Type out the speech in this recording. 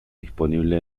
disponible